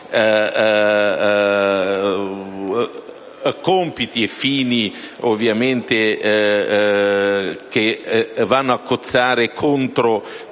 compiti e fini che vanno a cozzare contro